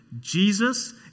Jesus